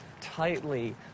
tightly